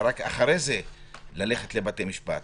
ורק אחרי זה ללכת לבתי משפט,